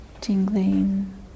tingling